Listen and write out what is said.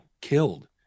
killed